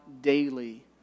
daily